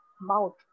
mouth